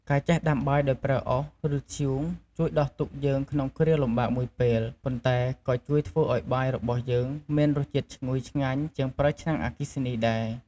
ការចេះដាំបាយដោយប្រើអុស ឬ ធ្យូងជួយដោះទុក្ខយើងក្នុងគ្រាលំបាកមួយពេល ប៉ុន្តែក៏ជួយធ្វើឱ្យបាយរបស់យើងមានរសជាតិឈ្ងុយឆ្ងាញ់ជាងប្រើឆ្នាំងអគ្គីសនីដែរ។